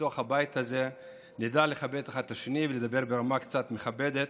בתוך הבית הזה נדע לכבד אחד את השני ולדבר ברמה קצת מכבדת,